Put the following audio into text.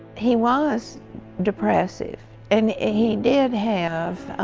he was depressive and ah he did have